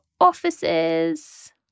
offices